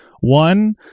One